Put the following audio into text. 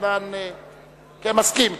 מסכים.